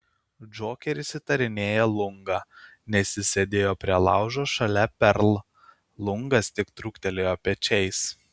džokeris įtarinėja lungą nes jis sėdėjo prie laužo šalia perl lungas tik trūktelėjo pečiais